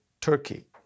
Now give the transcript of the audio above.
Turkey